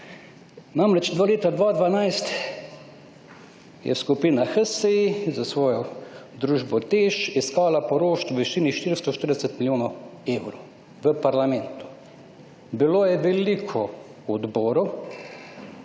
nazaj. Do leta 2012 je skupina HSE za svojo družbo TEŠ iskala poroštvo v višini 440 milijonov evrov v parlamentu. Bilo je veliko odborov,